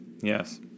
yes